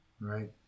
right